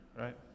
right